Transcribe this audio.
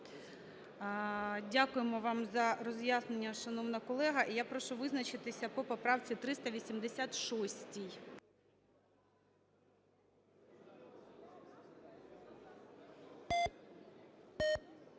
Дякуємо вам за роз'яснення, шановна колега. І я прошу визначитися по поправці 386.